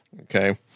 okay